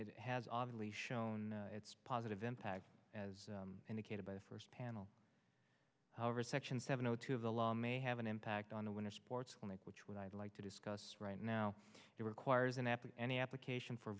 it has obviously shown its positive impact as indicated by the first panel however section seven zero two of the law may have an impact on the winter sports clinic which would i'd like to discuss right now it requires an apple and the application for